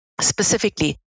specifically